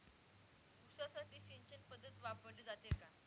ऊसासाठी सिंचन पद्धत वापरली जाते का?